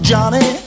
Johnny